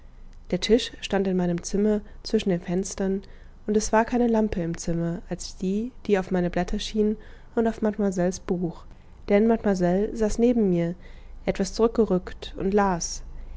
der tisch stand in meinem zimmer zwischen den fenstern und es war keine lampe im zimmer als die die auf meine blätter schien und auf mademoiselles buch denn mademoiselle saß neben mir etwas zurückgerückt und las